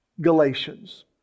Galatians